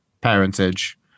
parentage